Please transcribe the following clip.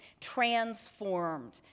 transformed